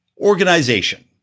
organization